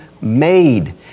made